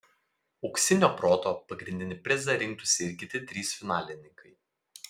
auksinio proto pagrindinį prizą rinktųsi ir kiti trys finalininkai